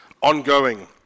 Ongoing